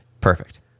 Perfect